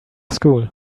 school